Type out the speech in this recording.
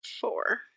Four